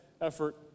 effort